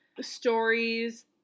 stories